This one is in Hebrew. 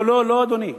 לא, אדוני.